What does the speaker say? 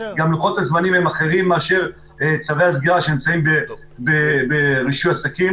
גם לוחות-הזמנים אחרים מאשר צווי הסגירה שנמצאים ברישוי עסקים.